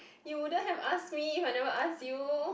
you wouldn't have asked me if I never ask you